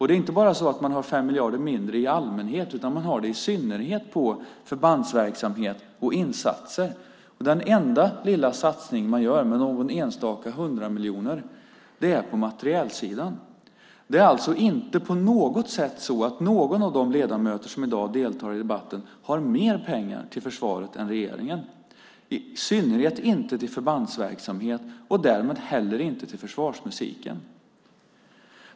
Det är inte bara så att man har 5 miljarder mindre i allmänhet, utan man har det i synnerhet på förbandsverksamhet och insatser. Den enda lilla satsning man gör med något enstaka hundratal miljoner är på materielsidan. Det är alltså inte på något sätt så att någon av de ledamöter som i dag deltar i debatten har mer pengar till försvaret än regeringen, i synnerhet inte till förbandsverksamhet och därmed heller inte till försvarsmusiken.